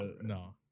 no